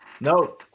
No